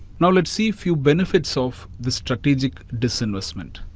nowl, let's see few benefits of the strategic disinvestment.